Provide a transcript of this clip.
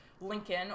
Lincoln